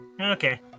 Okay